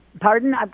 Pardon